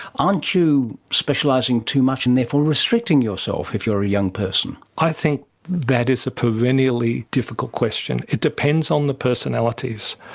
aren't you specialising too much and therefore restricting yourself if you are a young person? i think that is a perennially difficult question. it depends on the personalities.